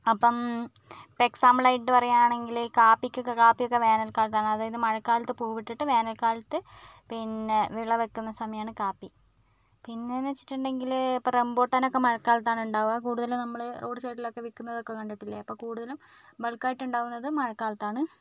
അപ്പം ഇപ്പം എക്സാമ്പിൾ ആയിട്ട് പറയുയാണെങ്കിൽ ഈ കാപ്പിക്കൊക്കേ വേനൽക്കാലത്താണ് അതായത് മഴക്കാലത്ത് പൂവിട്ടിട്ട് വേനൽക്കാലത്ത് പിന്നേ വിളവെടുക്കുന്ന സമയമാണ് കാപ്പി പിന്നെയെന്ന് വെച്ചിട്ടുണ്ടെങ്കിൽ ഇപ്പോൾ റംബൂട്ടാനൊക്കേ മഴക്കാലത്താണ് ഉണ്ടാകുക കൂടുതലും നമ്മൾ റോഡ് സൈഡിലൊക്കേ വിൽക്കുന്നതൊക്കേ കണ്ടിട്ടില്ലേ അപ്പോൾ കൂടുതലും ബൾക്ക് ആയിട്ട് ഉണ്ടാകുന്നത് മഴക്കാലത്താണ്